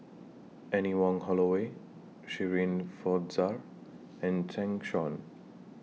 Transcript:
Anne Wong Holloway Shirin Fozdar and Zeng Shouyin